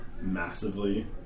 massively